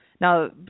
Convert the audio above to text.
Now